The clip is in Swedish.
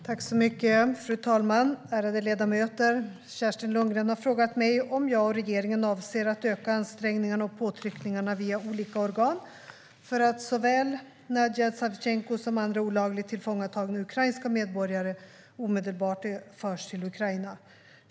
Svar på interpellationer Fru talman! Ärade ledamöter! Kerstin Lundgren har frågat mig om jag och regeringen avser att öka ansträngningarna och påtryckningarna via olika organ för att såväl Nadija Savtjenko som andra olagligt tillfångatagna ukrainska medborgare omedelbart ska föras till Ukraina.